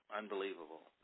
unbelievable